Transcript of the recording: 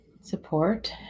support